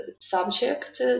subject